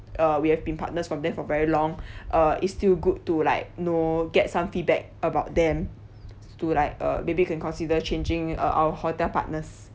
uh we have been partners from them for very long uh is still good to like know get some feedback about them to like uh maybe can consider changing uh our hotel partners